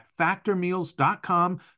factormeals.com